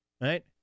right